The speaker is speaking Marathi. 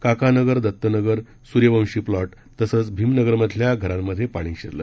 काकानगर दत्तनगर सूर्यवंशी प्लॉट तसंच भीमनगरमधल्या घरांमध्ये पाणी शिरलं